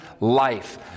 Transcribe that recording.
life